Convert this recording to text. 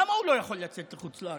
למה הוא לא יכול לצאת לחוץ לארץ?